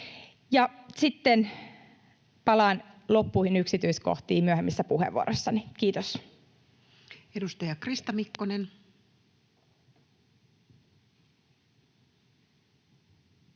Palaan loppuihin yksityiskohtiin myöhemmissä puheenvuorossani. — Kiitos. Edustaja Krista Mikkonen.